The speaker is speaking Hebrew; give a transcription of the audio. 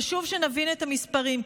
חשוב שנבין את המספרים,